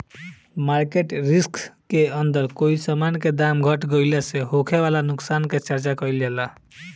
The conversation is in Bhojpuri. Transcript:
मार्केट रिस्क के अंदर कोई समान के दाम घट गइला से होखे वाला नुकसान के चर्चा काइल जाला